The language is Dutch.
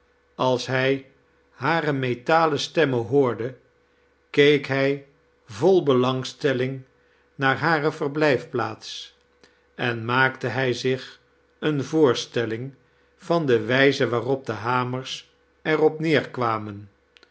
als hij hare metalen stemmen hoorde keek hij vol belangstelling naar hare verblijfplaats en maakte hij zich eene voorstelling van de wijze waarop de hamers er op